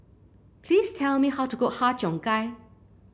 please tell me how to cook Har Cheong Gai